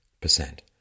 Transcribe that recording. percent